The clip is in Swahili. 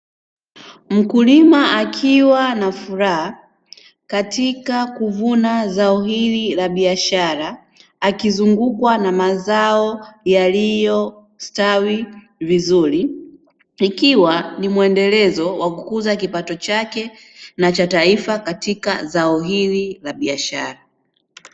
Mkulima akiwa na furaha katika kuvuna zao hili la biashara akizungukwa na mazao yaliyo stawi vizuri, ikiwa ni muendelezo wa kukuza kipato chake na cha taifa katika zao hili la biashara.